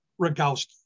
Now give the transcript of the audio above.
Rogowski